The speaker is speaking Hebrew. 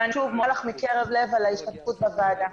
ושוב, אני מודה לך מקרב לב על ההשתתפות בוועדה.